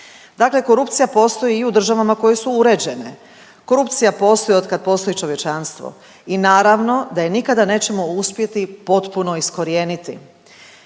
Dakle, korupcija postoji i u državama koje su uređene. Korupcija postoji od kad postoji čovječanstvo i naravno da je nikada nećemo uspjeti potpuno iskorijeniti.